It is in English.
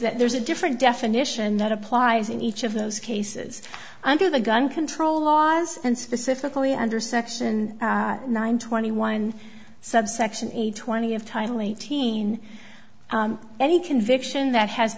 that there's a different definition that applies in each of those cases under the gun control laws and specifically under section nine twenty one subsection eight twenty of title eighteen any conviction that has